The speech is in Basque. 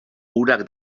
urak